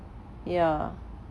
ya